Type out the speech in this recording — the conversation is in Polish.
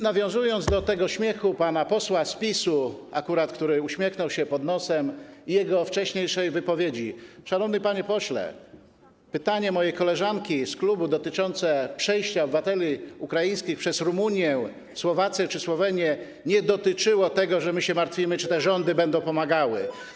Nawiązując do tego śmiechu pana posła z PiS-u, który akurat uśmiechnął się pod nosem, i jego wcześniejszej wypowiedzi, chcę powiedzieć, szanowny panie pośle, że pytanie mojej koleżanki z klubu dotyczące przejścia obywateli ukraińskich przez Rumunię, Słowację czy Słowenię nie dotyczyło tego, że my się martwimy, czy te rządy będą pomagały.